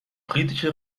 britische